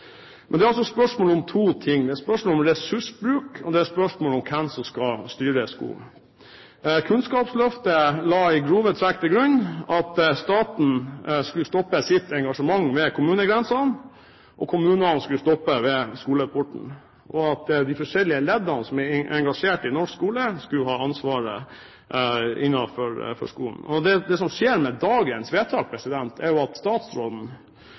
Men det er spørsmål om to ting. Det er spørsmål om ressursbruk, og det er spørsmål om hvem som skal styre skolen. Kunnskapsløftet la i grove trekk til grunn at staten skulle stoppe sitt engasjement ved kommunegrensen, og kommunen skulle stoppe ved skoleporten, og at de forskjellige leddene som er engasjert i norsk skole, skulle ha ansvaret innenfor skolen. Det som skjer med dagens vedtak, er jo at statsråden